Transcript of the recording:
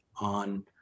on